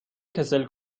کسل